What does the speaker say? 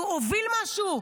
הוא הוביל משהו?